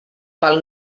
pel